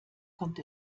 kommt